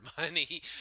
money